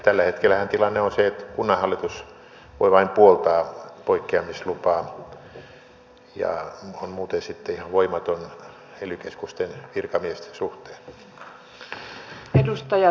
tällä hetkellähän tilanne on se että kunnanhallitus voi vain puoltaa poikkeamislupaa ja on muuten sitten ihan voimaton ely keskusten virkamiesten suhteen